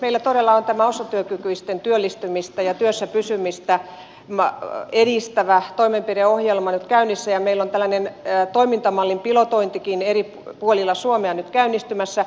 meillä todella on tämä osatyökykyisten työllistymistä ja työssä pysymistä edistävä toimenpideohjelma nyt käynnissä ja meillä on tällainen toimintamallin pilotointikin eri puolilla suomea nyt käynnistymässä